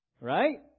Right